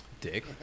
dick